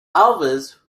alves